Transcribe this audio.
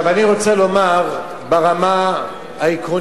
אני רוצה לומר, ברמה העקרונית